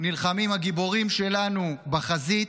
נלחמים הגיבורים שלנו בחזית.